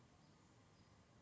uh